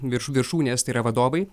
virš viršūnės tai yra vadovai